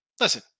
Listen